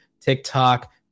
TikTok